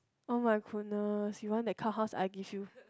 oh-my-goodness you want that kind of house I give you